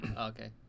Okay